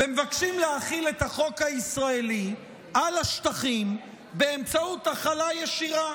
ומבקשת להחיל את החוק הישראלי על השטחים באמצעות החלה ישירה.